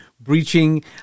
breaching